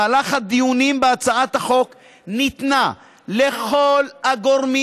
במהלך הדיונים בהצעת החוק ניתנה לכל הגורמים